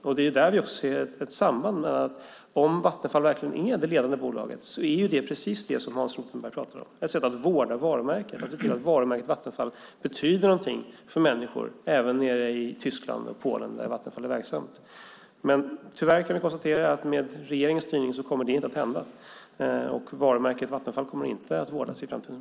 Om Vattenfall verkligen är det ledande bolaget är det precis det som Hans Rothenberg pratar om, nämligen ett sätt att vårda varumärket och se till att varumärket Vattenfall betyder någonting för människor även nere i Tyskland och Polen där Vattenfall är verksamt. Tyvärr kan vi konstatera att med regeringens styrning kommer det inte att hända, och varumärket Vattenfall kommer inte att vårdas i framtiden.